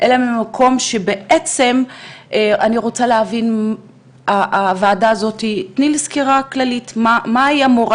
אלא ממקום שבו אני בעצם מבקשת לקבל סקירה כללית על הוועדה,